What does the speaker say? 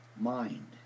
mind